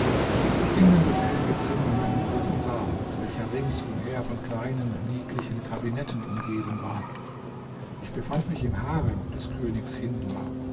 ich ging dann durch einige zimmer in einen großen saal welcher rings umher von kleinen niedlichen kabinetten umgeben war ich befand mich im harem des königs